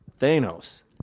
Thanos